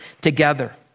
together